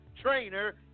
trainer